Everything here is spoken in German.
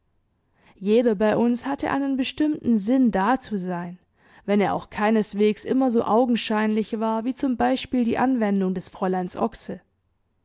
jeder bei uns hatte einen bestimmten sinn da zu sein wenn er auch keineswegs immer so augenscheinlich war wie zum beispiel die anwendung des fräuleins oxe